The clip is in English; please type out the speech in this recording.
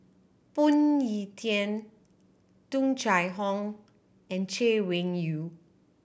Phoon Yew Tien Tung Chye Hong and Chay Weng Yew